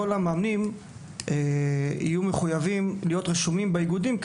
המאמנים יהיו מחויבים להיות רשומים באיגודים,